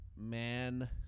man